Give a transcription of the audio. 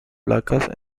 placas